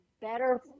better